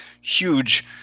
huge